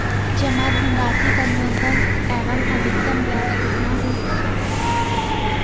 जमा धनराशि पर न्यूनतम एवं अधिकतम ब्याज कितना हो सकता है?